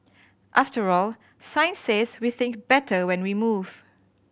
after all science says we think better when we move